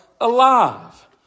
alive